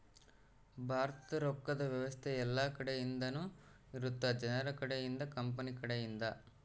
ಭಾರತದ ರೊಕ್ಕದ್ ವ್ಯವಸ್ತೆ ಯೆಲ್ಲ ಕಡೆ ಇಂದನು ಇರುತ್ತ ಜನರ ಕಡೆ ಇಂದ ಕಂಪನಿ ಕಡೆ ಇಂದ